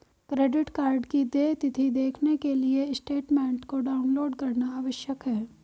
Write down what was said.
credit card की देय तिथी देखने के लिए स्टेटमेंट को डाउनलोड करना आवश्यक है